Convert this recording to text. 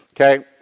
Okay